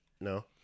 No